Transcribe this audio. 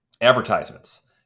advertisements